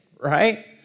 right